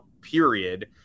period